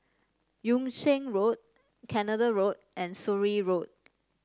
Yung Sheng Road Canada Road and Surrey Road